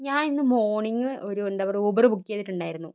ഞാനിന്ന് മോർണിംഗ് ഒരു എന്താ പറയുക ഊബറ് ബുക്ക് ചെയ്തിട്ടുണ്ടായിരുന്നു